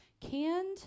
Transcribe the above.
canned